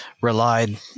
relied